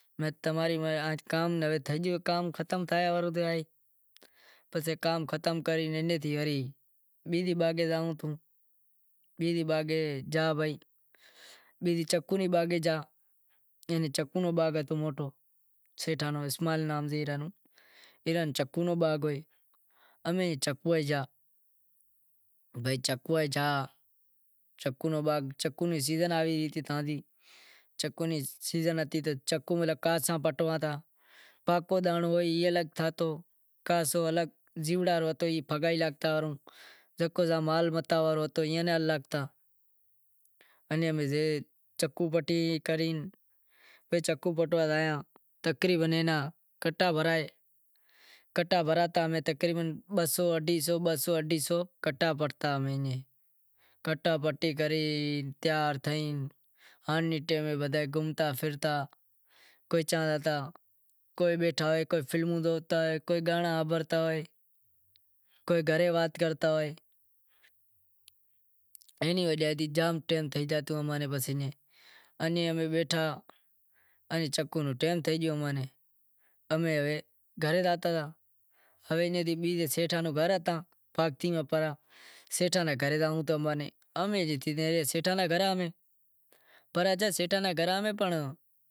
کام ختم تھائے واڑو ہوئے، ہوے کام ختم کرے بیزے باغ زائوں، بیزے باغ جا بھائی بیزی چکوں نی باغ جائے چکوں نو باغ ہتو موٹو سیٹھاں نو ای چکوں نو باغ ہوئے امیں چکوں گیا، بھئی چکوں نی سیزن آوے تو چکوں کاسا پٹتا پکو دانڑو تو ایئے لا تھاتو لاسو الگ زیوڑا واڑو پھگائی لاگتا انیں چکوں پٹی کری تقریبن اینا کٹا بھرائے کٹا بھراتا بہ سو اڈھائہس سو کٹا بھرتا پسے گھومتا پھرتا کوئی چاں جاتا کوئی بیٹھا رہتا کوئی گھرےئ وات کرتا اینی وجہ جام ٹیم تھے جاتا امیں ہوے گھرے زاتا بیئزاں سیٹھا ناں گھر ہتا پنڑ